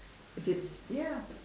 if it's ya